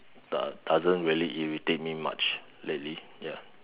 does doesn't really irritate me much lately ya